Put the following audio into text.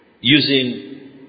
using